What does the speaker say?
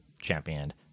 championed